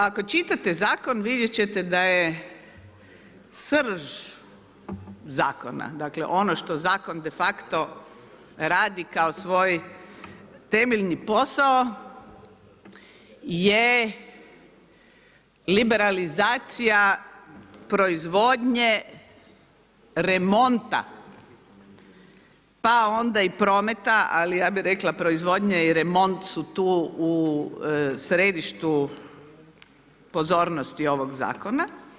Ako čitate zakon vidjet ćete da je srž zakona, dakle ono što zakon defakto radi kao svoj temeljni posao je liberalizacija proizvodnje, remonta pa onda i prometa, ali ja bih rekla proizvodnja su tu u središtu pozornosti ovog zakona.